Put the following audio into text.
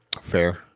Fair